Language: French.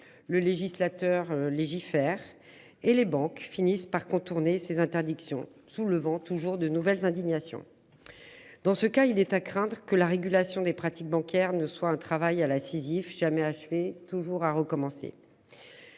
Le législateur légifère et les banques finissent par contourner ces interdictions sous le vent, toujours de nouvelles indignation. Dans ce cas, il est à craindre que la régulation des pratiques bancaires ne soit un travail à la Sisyphe jamais. Toujours à recommencer.